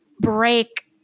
break